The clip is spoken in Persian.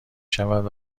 شود